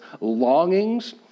longings